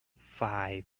five